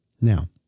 Now